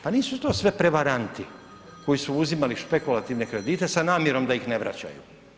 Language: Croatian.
Pa nisu to sve prevaranti koji su uzimali špekulativne kredite sa namjerom da ih ne vraćaju.